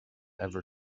ever